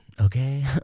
okay